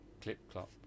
Clip-clop